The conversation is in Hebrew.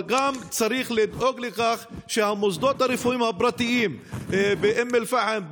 אבל צריך לדאוג לכך שגם המוסדות הרפואיים הפרטיים באום אל-פחם,